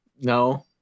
No